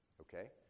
okay